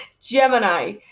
Gemini